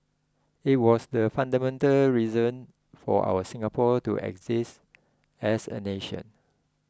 it was the fundamental reason for our Singapore to exist as a nation